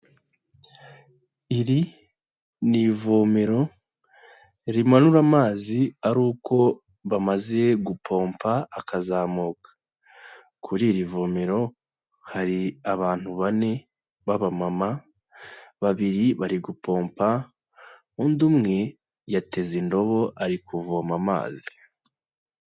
Iri ni ivomero, rimanura amazi ari uko bamaze gupompa, akazamuka. Kuri iri vomero, hari abantu bane, b'abamama, babiri bari gupompa, undi umwe, yateze indobo ari kuvoma amazi.